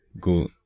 go